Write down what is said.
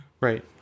Right